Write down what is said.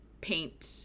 paint